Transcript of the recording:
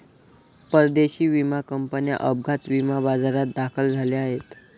परदेशी विमा कंपन्या अपघात विमा बाजारात दाखल झाल्या आहेत